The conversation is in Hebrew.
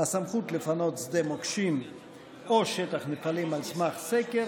הסמכות לפנות שדה מוקשים או שטח נפלים על סמך סקר